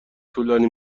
طولانی